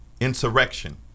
insurrection